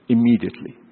Immediately